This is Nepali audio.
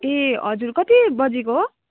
ए हजुर कति बजीको